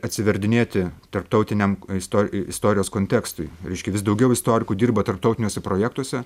atsiverdinėti tarptautiniam istori istorijos kontekstui reiškia vis daugiau istorikų dirba tarptautiniuose projektuose